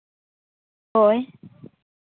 ᱦᱳᱭ